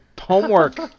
homework